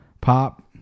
Pop